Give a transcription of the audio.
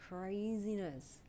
craziness